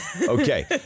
Okay